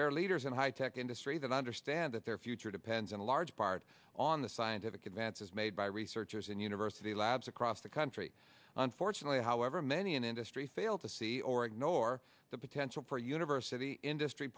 are leaders in high tech industry that understand that their future depends in large part on the scientific advances made by researchers and university labs across the country unfortunately however many in industry fail to see or ignore the potential for university industry